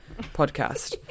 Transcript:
podcast